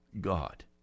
God